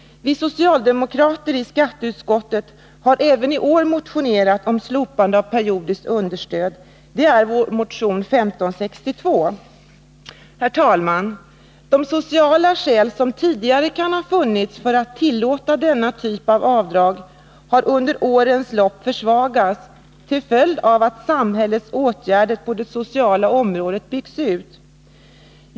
Vi socialdemokrater i skatteutskottet har även i år motionerat om slopande av det periodiska understödet. Det har vi gjort i motion 1980/81:1562. De sociala skäl som tidigare kan ha funnits för att tillåta denna typ av avdrag har under årens lopp försvagats till följd av att samhällets åtgärder på det sociala området byggts ut.